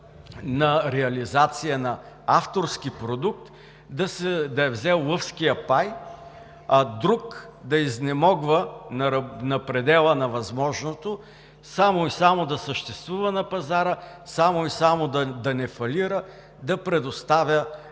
на реализация на авторски продукт да е взел лъвския пай, а друг – да изнемогва на предела на възможното, само и само да съществува на пазара, само и само да не фалира, да предоставя